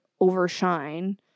overshine